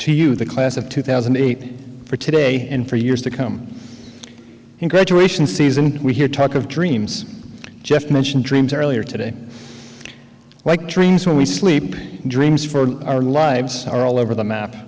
you the class of two thousand and eight for today in for years to come in graduation season we hear talk of dreams jeff mentioned dreams earlier today like dreams when we sleep dreams for our lives are all over the map